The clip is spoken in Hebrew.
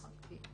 נכון.